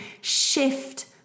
shift